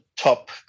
top